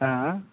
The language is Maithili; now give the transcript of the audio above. आयँ